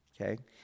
okay